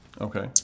okay